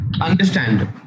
understand